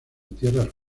tierras